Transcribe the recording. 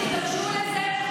כמה פעמים ביקשתי שתידרשו לזה?